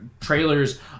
trailers